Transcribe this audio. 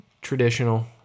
traditional